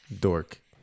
Dork